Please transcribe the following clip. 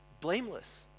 blameless